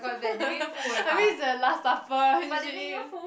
I mean is the last supper you should eat